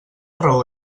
raó